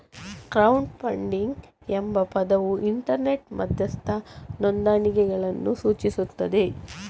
crowd funding ಎಂಬ ಪದವು internet ಮಧ್ಯಸ್ಥ ನೋಂದಣಿಗಳನ್ನು ಸೂಚಿಸುತ್ತದೆ